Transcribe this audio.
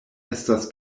estas